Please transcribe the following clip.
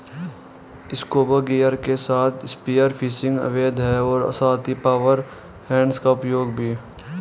scuba gear के साथ spear fishing अवैध है और साथ ही पावर हेड्स का उपयोग भी